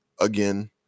again